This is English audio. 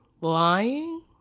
lying